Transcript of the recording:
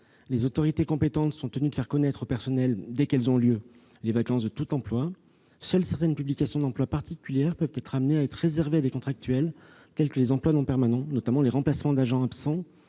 Les autorités compétentes sont tenues de faire connaître au personnel les vacances de tout emploi dès qu'elles ont lieu. Seules certaines publications d'emploi particulières peuvent être réservées à des contractuels, telles que les emplois non permanents, notamment les remplacements d'agents absents